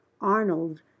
Arnold